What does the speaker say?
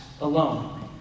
alone